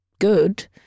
good